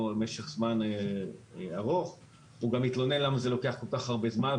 במשך זמן ארוך הוא גם מתלונן למה הטיפול לוקח כל כך הרבה זמן.